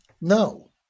No